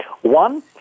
One